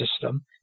system